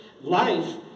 life